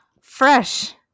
fresh